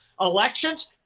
Elections